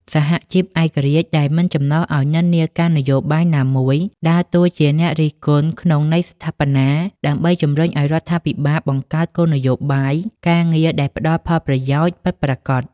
សហជីពឯករាជ្យដែលមិនចំណុះឱ្យនិន្នាការនយោបាយណាមួយ ដើរតួជាអ្នករិះគន់ក្នុងន័យស្ថាបនា ដើម្បីជំរុញឱ្យរដ្ឋាភិបាលបង្កើតគោលនយោបាយការងារដែលផ្តល់ផលប្រយោជន៍ពិតប្រាកដ។